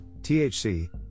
THC